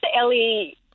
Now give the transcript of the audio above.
Ellie